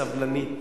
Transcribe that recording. סבלנית.